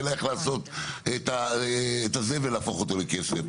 אלא איך להפוך את הזבל לכסף.